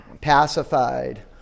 pacified